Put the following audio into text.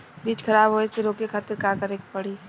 बीज खराब होए से रोके खातिर का करे के पड़ी?